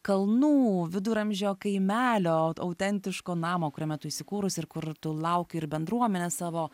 kalnų viduramžio kaimelio autentiško namo kuriame tu įsikūrusi ir kur tu lauki ir bendruomenės savo